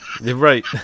Right